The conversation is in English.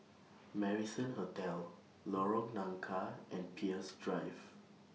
Marrison Hotel Lorong Nangka and Peirce Drive